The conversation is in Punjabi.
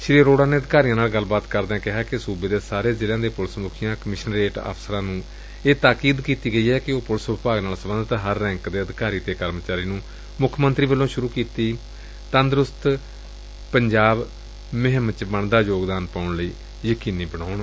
ਸ੍ਰੀ ਅਰੋੜਾ ਨੇ ਅਧਿਕਾਰੀਆਂ ਨਾਲ ਗੱਲਬਾਤ ਕਰਦਿਆਂ ਦੱਸਿਆ ਕਿ ਸੁਬੇ ਦੇ ਸਾਰੇ ਜ਼ਿਲ਼ਿਆਂ ਦੇ ਪੁਲਿਸ ਮੁਖੀਆਂ ਕਮਿਸ਼ਨਰੇਟ ਅਫ਼ਸਰਾਂ ਨੁੰ ਇਹ ਤਾਕੀਦ ਕੀਤੀ ਗਈ ਏ ਕਿ ਉਹ ਪੁਲਿਸ ਵਿਭਾਗ ਨਾਲ ਸਬੰਧਿਤ ਹਰ ਰੈਕ ਦੇ ਅਧਿਕਾਰੀ ਤੇ ਕਰਮਚਾਰੀ ਨੂੰ ਮੁੱਖ ਮੰਤਰੀ ਵੱਲੋਂ ਸ਼ੁਰੂ ਕੀਤੇ ਤੰਦਰੁਸਤ ਪੰਜਾਬ ਮਿਸ਼ਨ ਵਿੱਚ ਬਣਦਾ ਯੋਗਦਾਨ ਪਾਉਣਾ ਯਕੀਨੀ ਬਣਾਉਣ